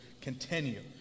continue